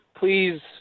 Please